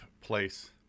place